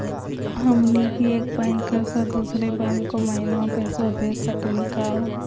हमनी के एक बैंको स दुसरो बैंको महिना पैसवा भेज सकली का हो?